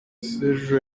sergio